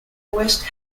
west